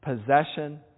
possession